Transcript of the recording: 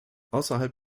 außerhalb